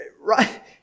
right